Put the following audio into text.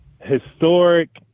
historic